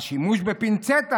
השימוש בפינצטה,